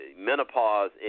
menopause